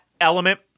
element